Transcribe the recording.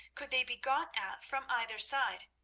could they be got at from either side.